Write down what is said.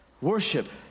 Worship